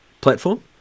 platform